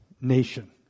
nation